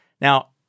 Now